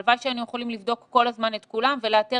הלוואי שהיינו יכולים לבדוק כל הזמן את כולם ולאתר